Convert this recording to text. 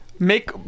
Make